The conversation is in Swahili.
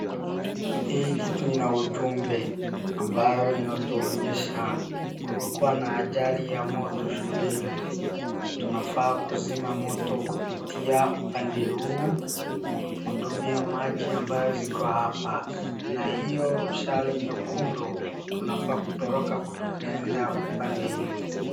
Hii kitu ina ujumbe ambayo iatunyesha kukakua na ajali ya moto shuleni tunafaa kuzima moto kupitia upande huu, kutumia maji ambaye ziko hapa na hiyo mshale nyekundu tunafaa kutoroka kutokea kuenda upande hio.